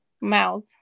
Mouth